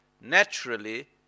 naturally